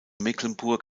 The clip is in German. mecklenburg